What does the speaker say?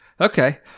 Okay